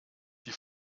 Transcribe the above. die